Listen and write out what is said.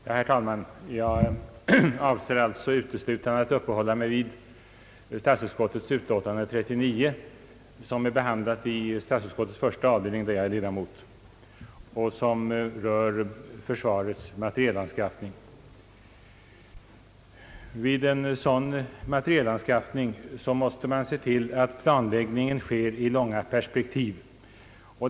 Herr talman! Jag avser uteslutande att uppehålla mig vid statsutskottets utlåtande nr 39, som är upprättat i statsutskottets första avdelning, där jag är ledamot, och som rör försvarets materielanskaffning. Vid sådan materielanskaffning måste man se till att planläggningen sker i långa perspektiv.